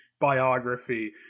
biography